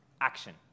action